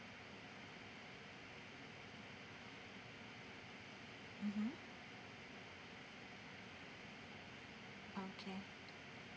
mmhmm okay